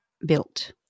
built